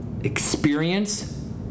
experience